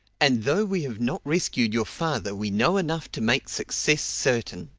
and though we have not rescued your father we know enough to make success certain.